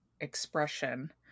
expression